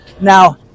Now